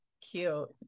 Cute